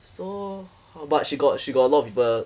so but she got she got a lot of people